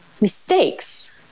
mistakes